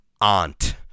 aunt